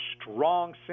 strong